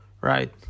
right